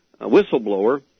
whistleblower